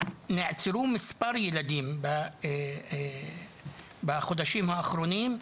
ונעצרו מספר ילדים בחודשים האחרונים,